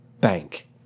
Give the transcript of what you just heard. Bank